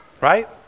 Right